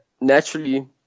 naturally